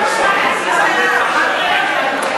הצעת חוק הפיקוח על שירותים פיננסיים (קופות גמל)